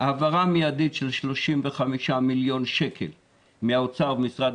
העברה מידית של 35 מיליון שקל מהאוצר ומשרד